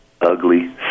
ugly